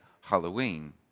Halloween